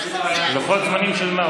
לוחות זמנים של מה?